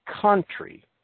country